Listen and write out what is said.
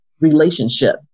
relationship